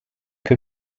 que